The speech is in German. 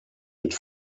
mit